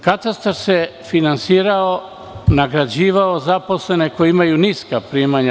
Katastar se finansirao, nagrađivao zaposlene koji imaju niska primanja.